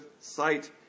sight